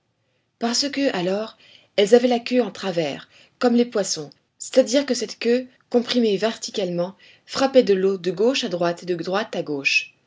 parce que alors elles avaient la queue en travers comme les poissons c'est-à-dire que cette queue comprimée verticalement frappait l'eau de gauche à droite et de droite à gauche